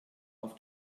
auf